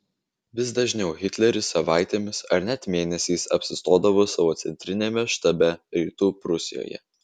vis dažniau hitleris savaitėmis ar net mėnesiais apsistodavo savo centriniame štabe rytų prūsijoje